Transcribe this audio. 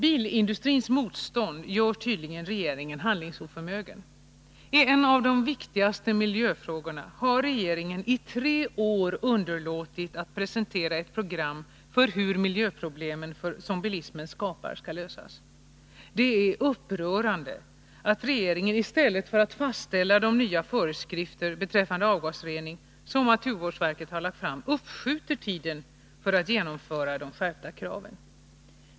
Bilindustrins motstånd gör tydligen regeringen handlingsoförmögen. I en av de viktigaste miljöfrågorna har regeringen i tre år underlåtit att presentera ett program för hur de miljöproblem som bilismen skapar skall lösas. Det är upprörande att regeringen i stället för att fastställa de nya föreskrifter beträffande avgasrening som naturvårdsverket har lagt fram uppskjuter tidpunkten för att genomföra de skärpta kraven.